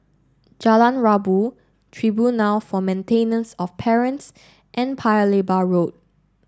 Jalan Rabu Tribunal for Maintenance of Parents and Paya Lebar Road